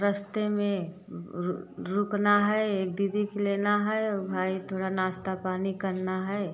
रास्ते में रुकना है एक दीदी के लेना है वो भाई थोड़ा नाश्ता पानी करना है